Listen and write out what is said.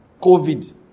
COVID